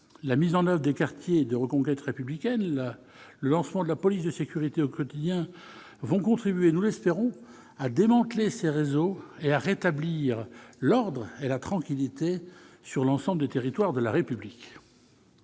La mise en oeuvre des quartiers de reconquête républicaine et le lancement de la police de sécurité du quotidien vont contribuer, nous l'espérons, à démanteler ces réseaux et à rétablir l'ordre et la tranquillité sur l'ensemble des territoires de la République.